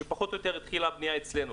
שפחות או יותר התחילה הבנייה אצלנו,